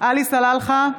עלי סלאלחה,